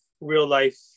real-life